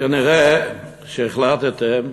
כנראה החלטתם,